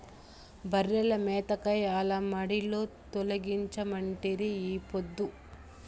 బర్రెల మేతకై ఆల మడిలో తోలించమంటిరి ఈ పొద్దు